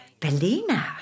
Belina